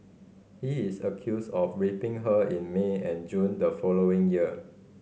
he is accused of raping her in May and June the following year